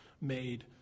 made